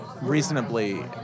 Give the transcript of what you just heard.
reasonably